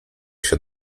się